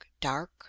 dark